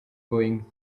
going